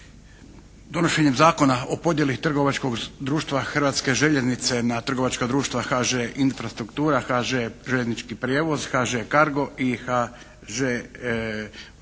Donošenjem Zakona o podjeli trgovačkog društva Hrvatske željeznice na trgovačka društva HŽ infrastruktura, HŽ željeznički prijevoz, HŽ cargo i HŽ vuča